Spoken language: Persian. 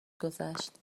گذشت